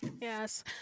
Yes